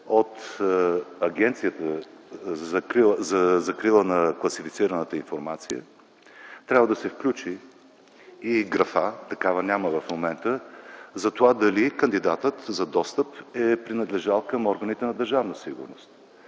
от Агенцията за защита на класифицираната информация, трябва да се включи и графа – такава в момента няма, за това дали кандидатът за достъп е принадлежал към